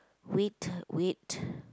wait wait